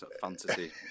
fantasy